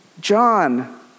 John